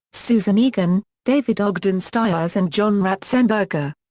susan egan, david ogden stiers and john ratzenberger.